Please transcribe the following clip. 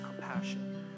compassion